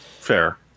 Fair